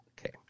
okay